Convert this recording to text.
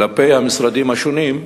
כלפי המשרדים השונים,